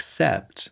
accept